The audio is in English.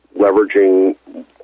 leveraging